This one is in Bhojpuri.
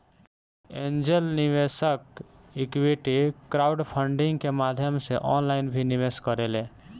एंजेल निवेशक इक्विटी क्राउडफंडिंग के माध्यम से ऑनलाइन भी निवेश करेले